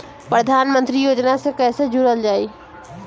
प्रधानमंत्री योजना से कैसे जुड़ल जाइ?